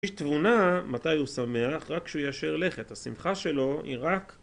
יש תבונה מתי הוא שמח רק כשהוא ישר לכת - השמחה שלו היא רק ...